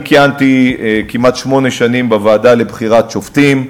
אני כיהנתי כמעט שמונה שנים בוועדה לבחירת שופטים.